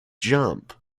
jump